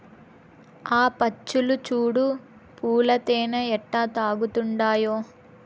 ఆ పచ్చులు చూడు పూల తేనె ఎట్టా తాగతండాయో